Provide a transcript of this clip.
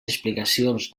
explicacions